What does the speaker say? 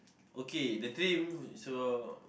okay the dream so